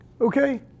Okay